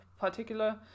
particular